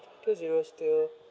two zero still